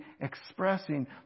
expressing